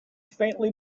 faintly